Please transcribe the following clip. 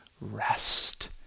rest